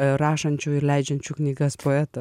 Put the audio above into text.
rašančių ir leidžiančių knygas poetą